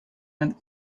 went